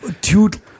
Dude